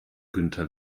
günther